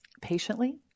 patiently